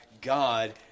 God